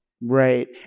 Right